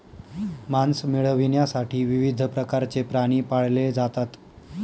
मांस मिळविण्यासाठी विविध प्रकारचे प्राणी पाळले जातात